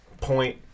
point